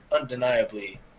undeniably